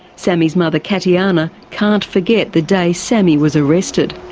sammy's mother katiana can't forget the day sammy was arrested.